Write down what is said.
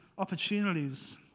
opportunities